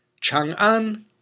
Chang'an